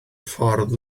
ffordd